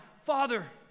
father